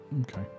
okay